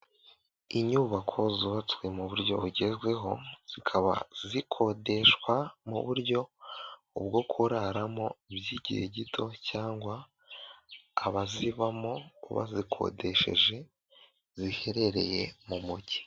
Inyubako zubatswe mu buryo bugezweho, zikaba zikodeshwa mu buryo bwo kuraramo by'igihe gito, cyangwa abazibamo bazikodesheje, ziherereye mu mugi.